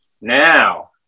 Now